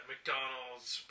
McDonald's